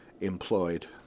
employed